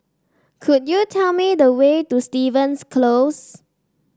could you tell me the way to Stevens Close